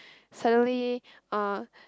suddenly uh